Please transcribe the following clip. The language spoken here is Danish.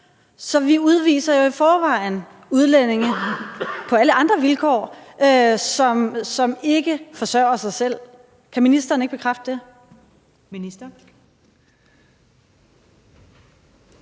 Så vi udviser jo i forvejen udlændinge på alle andre vilkår, som ikke forsørger sig selv. Kan ministeren ikke bekræfte det?